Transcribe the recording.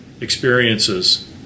experiences